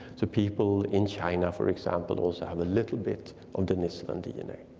the people in china, for example, also have a little bit of denisovan dna.